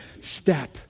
step